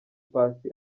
paccy